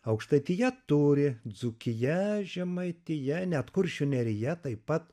aukštaitija turi dzūkija žemaitija net kuršių nerija taip pat